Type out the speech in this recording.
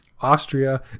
austria